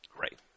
Right